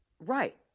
Right